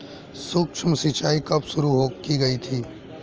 सूक्ष्म सिंचाई कब शुरू की गई थी?